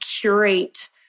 curate